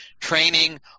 training